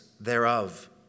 thereof